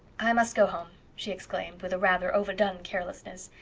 i must go home, she exclaimed, with a rather overdone carelessness.